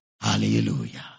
Hallelujah